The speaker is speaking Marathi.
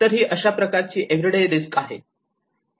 तर ही अशा प्रकारची एव्हरीडे रिस्क आहे